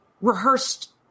rehearsed